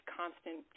constant